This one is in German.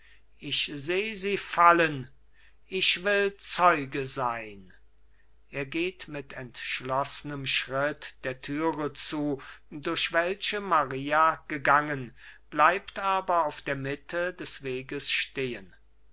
ich seh sie fallen ich will zeuge sein er geht mit entschloßnem schritt der türe zu durch welche maria gegangen bleibt aber auf der mitte des weges stehen